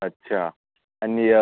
अच्छा आणि